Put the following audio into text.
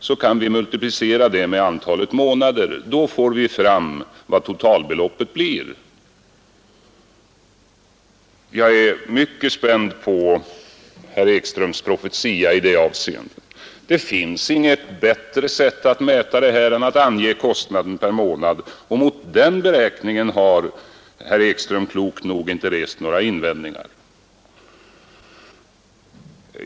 Då kan vi multiplicera med antalet månader och få fram vad totalbeloppet blir. Jag är mycket spänd på herr Ekströms profetia i det avseendet. Det finns inget bättre sätt att mäta detta än att ange kostnaden per månad. Mot den beräkningen har herr Ekström klokt nog inte rest några invändningar.